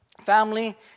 family